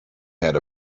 had